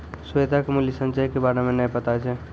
श्वेता के मूल्य संचय के बारे मे नै पता छै